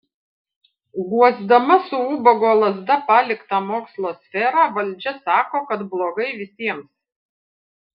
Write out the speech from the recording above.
guosdama su ubago lazda paliktą mokslo sferą valdžia sako kad blogai visiems